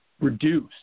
reduce